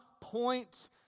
point